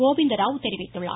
கோவிந்தராவ் தெரிவித்துள்ளார்